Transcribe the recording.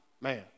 man